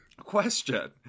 question